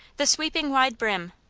the sweeping wide brim,